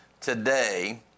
today